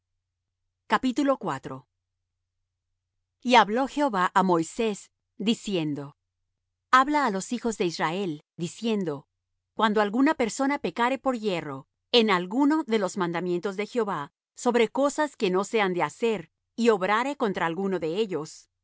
sangre comeréis y hablo jehová á moisés diciendo habla á los hijos de israel diciendo cuando alguna persona pecare por yerro en alguno de los mandamientos de jehová sobre cosas que no se han de hacer y obrare contra alguno de ellos